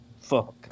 fuck